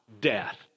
death